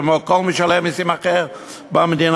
כמו כל משלם מסים אחר במדינה,